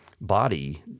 body